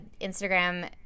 Instagram